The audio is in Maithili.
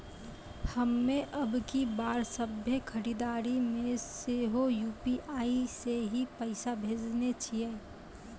हम्मे अबकी बार सभ्भे खरीदारी मे सेहो यू.पी.आई से ही पैसा भेजने छियै